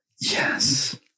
Yes